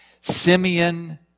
Simeon